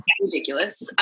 ridiculous